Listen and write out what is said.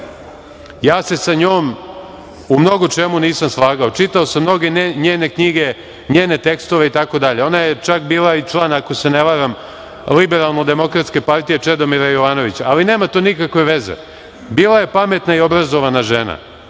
ja se sa njom u mnogo čemu nisam slagao, čitao sam mnoge njene knjige, njene tekstove itd, ona je čak bila i član, ako se ne varam, Liberalno-demokratske partije Čedomira Jovanovića, ali nema to nikakve veze, bila je pametna i obrazovana žena,